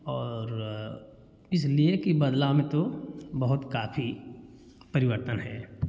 और इसलिए कि बदलाव में तो बहुत काफ़ी परिवर्तन है